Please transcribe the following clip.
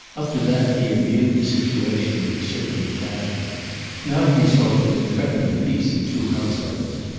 up to that he had viewed the situation with a certain detachment now he saw that it threatened the peace of two households.